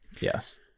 Yes